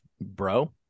bro